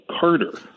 Carter